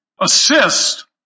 assist